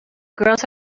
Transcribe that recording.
girls